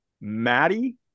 Maddie